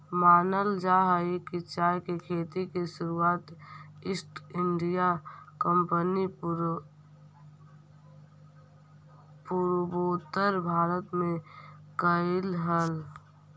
मानल जा हई कि चाय के खेती के शुरुआत ईस्ट इंडिया कंपनी पूर्वोत्तर भारत में कयलई हल